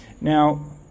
Now